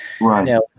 Right